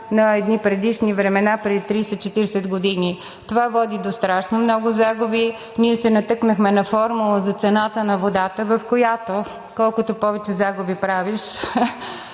на едни предишни времена, преди 30 – 40 години. Това води до страшно много загуби. Ние се натъкнахме на формула за цената на водата, в която колкото повече загуби правиш,